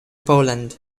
poland